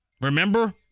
Remember